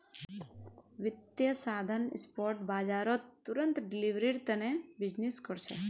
वित्तीय साधन स्पॉट बाजारत तुरंत डिलीवरीर तने बीजनिस् कर छे